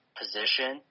position